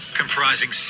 comprising